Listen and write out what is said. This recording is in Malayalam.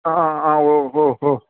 ആ ആ ഓ ഹോ ഹോ